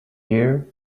year